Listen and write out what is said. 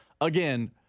Again